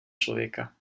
člověka